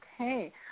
Okay